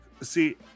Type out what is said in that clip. See